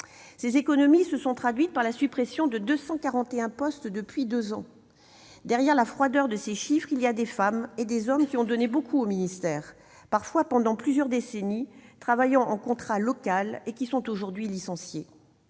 Ces économies se sont traduites par la suppression de 241 postes depuis deux ans. Derrière la froideur de ces chiffres, il y a des femmes et des hommes qui ont donné beaucoup au ministère, parfois pendant plusieurs décennies, en travaillant sous contrat local, et qui sont aujourd'hui licenciés.